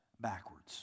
backwards